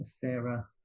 fairer